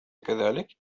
كذلك